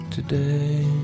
Today